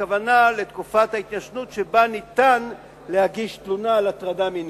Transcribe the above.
הכוונה לתקופת ההתיישנות שבה אפשר להגיש תלונה על הטרדה מינית.